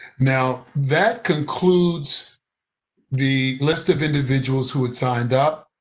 now, that concludes the list of individuals who had signed up.